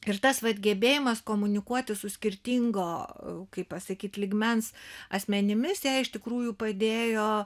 ir tas vat gebėjimas komunikuoti su skirtingo kaip pasakyti lygmens asmenimis jai iš tikrųjų padėjo